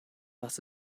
was